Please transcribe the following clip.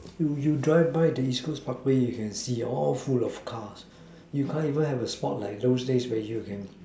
you you drive by the east coast parkway you can see all full of cars you can't even have a spot like those days where you can